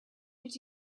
did